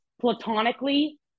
platonically